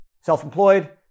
self-employed